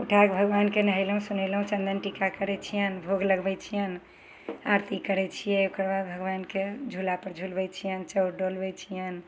उठाके भगवानके नहेलहुँ सुनेलहुँ चन्दन टीका करय छियनि भोग लगबय छियनि आरती करय छियै ओकरबाद भगवानके झूलापर झुलबय छियनि चौर डोलबय छियनि